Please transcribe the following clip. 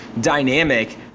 dynamic